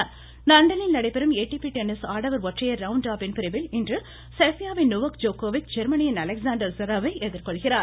tennis லண்டனில் நடைபெறும் ATP tennis ஆடவர் ஒற்றையர் ரவுண்ட் ராபின் பிரிவில் இன்று செர்பியாவின் நோவாக் ஜோக்கோவிச் ஜெர்மனியின் அலெக்ஸாண்டர் ஸவ்ரவை எதிர்கொள்கிறார்